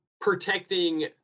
protecting